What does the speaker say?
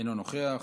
אינו נוכח,